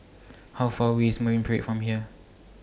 How Far away IS Marine Parade from here